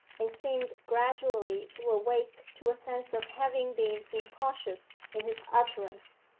and seemed gradually to awake to a sense of having been incautious in his utterance.